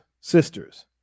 sisters